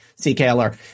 CKLR